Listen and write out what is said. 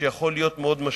שיכול להיות מאוד משמעותי.